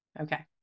Okay